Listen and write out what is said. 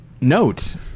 note